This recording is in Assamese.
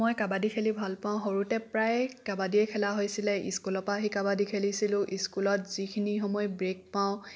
মই কাবাডী খেলি ভাল পাওঁ সৰুতে প্ৰায় কাবাডীয়ে খেলা হৈছিলে স্কুলৰ পৰা আহি কাবাডী খেলিছিলোঁ স্কুলত যিখিনি সময় ব্ৰেক পাওঁ